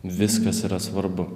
viskas yra svarbu